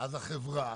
חברות הגבייה,